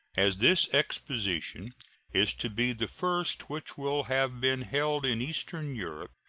as this exposition is to be the first which will have been held in eastern europe,